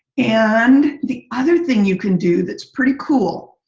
and the other thing you can do that's pretty cool,